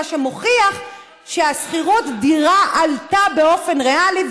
מה שמוכיח ששכירות דירה עלתה באופן ריאלי,